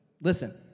listen